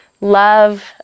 love